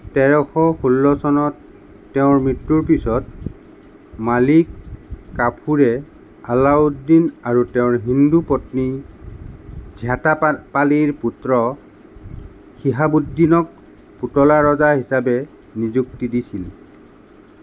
তেৰশ ষোল্ল চনত তেওঁৰ মৃত্যুৰ পিছত মালিক কাফুৰে আলাউদ্দিন আৰু তেওঁৰ হিন্দু পত্নী ঝাত্যাপালীৰ পুত্ৰ শিহাবুদ্দিনক পুতলা ৰজা হিচাপে নিযুক্তি দিছিল